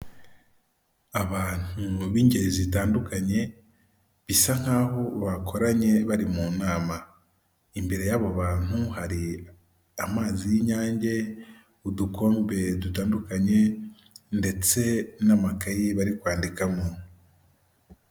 Abantu b'ingeri zitandukanye, bisa nkaho bakoranye bari mu nama, imbere y'abo bantu hari amazi y'Inyange, udukombe dutandukanye, ndetse n'amakayi bari kwandikamo.